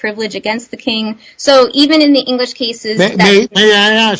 privilege against the king so even in the english cases